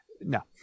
No